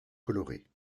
colorée